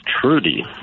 Trudy